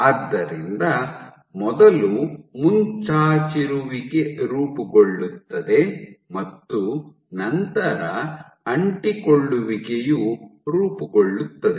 ಆದ್ದರಿಂದ ಮೊದಲು ಮುಂಚಾಚಿರುವಿಕೆ ರೂಪುಗೊಳ್ಳುತ್ತದೆ ಮತ್ತು ನಂತರ ಅಂಟಿಕೊಳ್ಳುವಿಕೆಯು ರೂಪುಗೊಳ್ಳುತ್ತದೆ